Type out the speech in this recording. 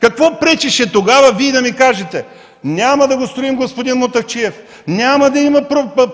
Какво пречеше тогава Вие да ни кажете: „Няма, господин Мутафчиев, няма да има